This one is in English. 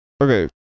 Okay